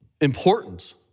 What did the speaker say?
important